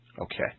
Okay